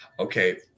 Okay